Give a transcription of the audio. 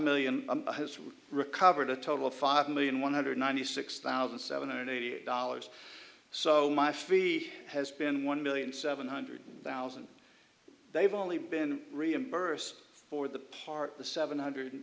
million has recovered a total of five million one hundred ninety six thousand seven hundred eighty dollars so my fee has been one million seven hundred thousand they've only been reimbursed for the part the seven hundred